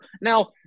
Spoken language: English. Now